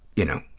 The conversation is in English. you know,